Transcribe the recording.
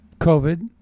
COVID